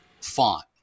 font